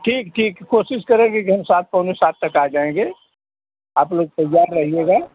ठीक ठीक है कोशिश करेंगे कि हम सात पौने सात तक आ जाएँगे आप लोग तैयार रहिएगा